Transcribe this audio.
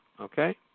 okay